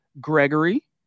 Gregory